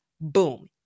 boom